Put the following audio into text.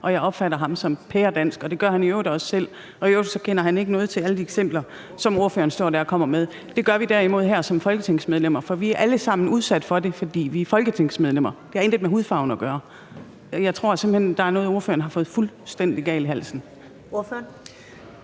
og jeg opfatter ham som pæredansk, og det gør han i øvrigt også selv. Og i øvrigt kender han ikke noget til alle de eksempler, som ordføreren står der og kommer med. Det gør vi derimod som folketingsmedlemmer, for vi er alle sammen udsat for det, fordi vi er folketingsmedlemmer. Det har intet med hudfarven at gøre. Jeg tror simpelt hen, der er noget, ordføreren har fået fuldstændig galt i halsen. Kl.